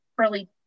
early